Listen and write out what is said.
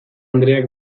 andreak